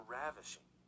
ravishing